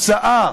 התוצאה